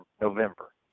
november